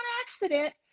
accident